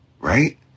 right